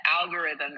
algorithm